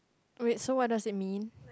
wait so what does it mean